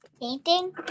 Painting